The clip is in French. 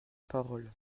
parole